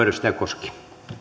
edustaja koski